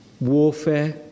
warfare